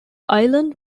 island